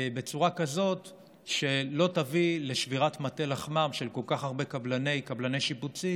כך שלא תביא לשבירת מטה לחמם של כל כך הרבה קבלני פיגומים.